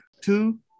two